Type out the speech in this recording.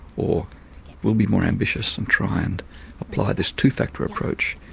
or we'll be more ambitious and try and apply this two factor approach,